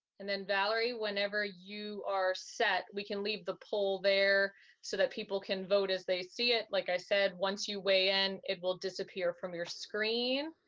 and then valerie, whenever you are set, we can leave the poll there so that people can vote as they see it. like i said, once you weigh in, it will disappear from your screen.